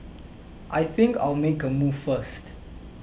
I think I'll make a move first